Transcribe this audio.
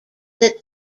that